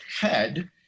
head